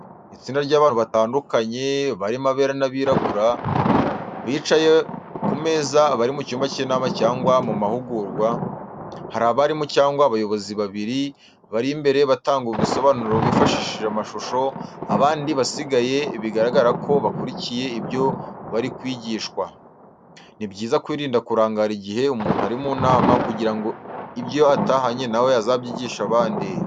Itsinda ry’abantu batandukanye barimo abera n’abirabura, bicaye ku meza bari mu cyumba cy’inama cyangwa mu mahugurwa. Hari abarimu cyangwa abayobozi babiri bari imbere batanga ibisobanuro bifashishije amashusho, abandi basigaye biragaragara ko bakurikiye ibyo bari kwigishwa. Ni byiza kwirinda kurangara igihe umuntu ari mu nama kugirango ibyo atahanye nawe azabyigishe abandi.